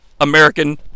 American